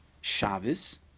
Shabbos